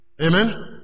Amen